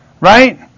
right